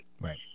Right